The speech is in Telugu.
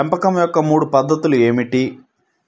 పెంపకం యొక్క మూడు పద్ధతులు ఏమిటీ?